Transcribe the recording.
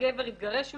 הגבר התגרש ממנה,